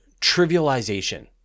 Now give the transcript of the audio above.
trivialization